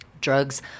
Drugs